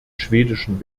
schwedischen